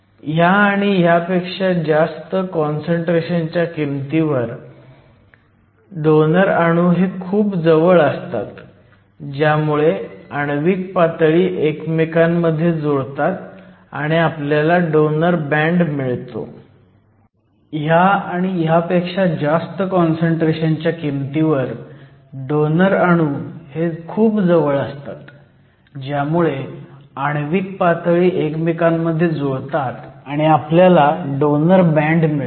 ह्या आणि ह्यापेक्षा जास्त काँसंट्रेशन च्या किमतीवर डोनर अणू हे खूप जवळ असतात ज्यामुळे आण्विक पातळी एकमेकांमध्ये जुळतात आणि आपल्याला डोनर बँड मिळतो